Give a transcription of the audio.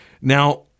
Now